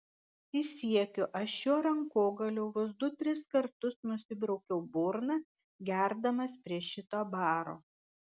prisiekiu aš šiuo rankogaliu vos du tris kartus nusibraukiau burną gerdamas prie šito baro